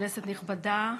כנסת נכבדה,